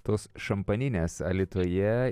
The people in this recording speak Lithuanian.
tos šampaninės alytuje